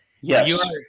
Yes